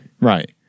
right